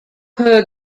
per